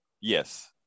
yes